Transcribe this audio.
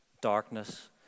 darkness